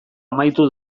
amaitu